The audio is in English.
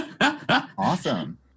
Awesome